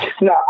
No